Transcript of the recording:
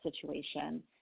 situation